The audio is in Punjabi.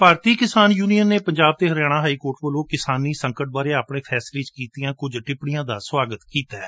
ਭਾਰਤੀ ਕਿਸਾਨ ਯੁਨੀਅਨ ਨੇ ਪੰਜਾਬ ਅਤੇ ਹਰਿਆਣਾ ਹਾਈਕੋਰਟ ਵੱਲੋਂ ਕਿਸਾਨੀ ਸੰਕਟ ਬਾਰੇ ਆਪਣੇ ਫੇਸਲੇ ਵਿੱਚ ਕੀਤੀਆਂ ਕੁਝ ਟਿੱਪਣੀਆਂ ਦਾ ਸਵਾਗਤ ਕੀਤੈ